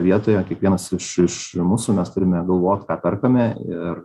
vietoje kiekvienas iš iš mūsų mes turime galvot ką perkame ir